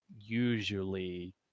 usually